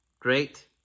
Great